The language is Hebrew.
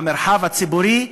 במרחב הציבורי,